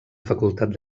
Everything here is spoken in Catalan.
facultat